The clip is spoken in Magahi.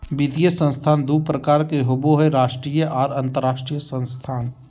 वित्तीय संस्थान दू प्रकार के होबय हय राष्ट्रीय आर अंतरराष्ट्रीय संस्थान